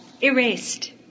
erased